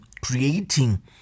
creating